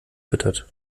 füttert